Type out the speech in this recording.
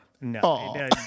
no